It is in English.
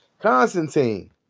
Constantine